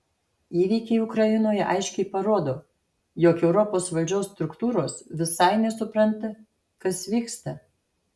įvykiai ukrainoje aiškiai parodo jog europos valdžios struktūros visai nesupranta kas vyksta